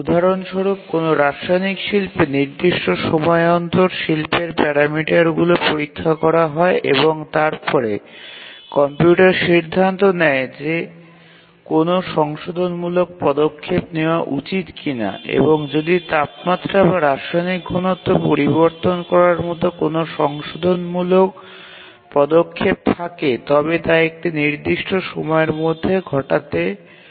উদাহরণ স্বরূপ কোনও রাসায়নিক শিল্পে নির্দিষ্ট সময় অন্তর শিল্পের প্যারামিটার গুলি পরীক্ষা করা হয় এবং তারপরে কম্পিউটার সিদ্ধান্ত নেয় যে কোন সংশোধনমূলক পদক্ষেপ নেওয়া উচিত কিনা এবং যদি তাপমাত্রা বা রাসায়নিক ঘনত্ব পরিবর্তন করার মতো কোনও সংশোধনমূলক পদক্ষেপ থাকে তবে তা একটি নির্দিষ্ট সময়ের মধ্যে ঘটাতে হয়